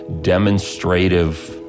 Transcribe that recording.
demonstrative